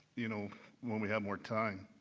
you know when we have more time.